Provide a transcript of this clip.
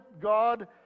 God